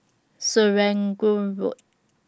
Serangoon Road